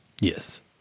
Yes